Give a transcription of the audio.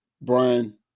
Brian